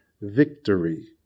victory